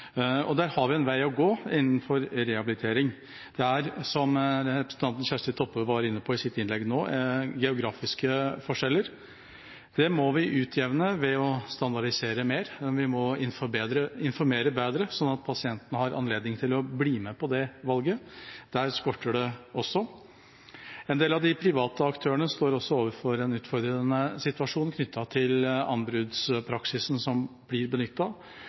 valg. Der har vi en vei å gå innenfor rehabilitering. Det er, som representanten Kjersti Toppe var inne på i sitt innlegg nå, geografiske forskjeller. Dem må vi utjevne ved å standardisere mer, og vi må informere bedre, slik at pasientene har anledning til å bli med på det valget. Det skorter det også på. En del av de private aktørene står også overfor en utfordrende situasjon knyttet til anbudspraksisen som blir